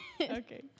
Okay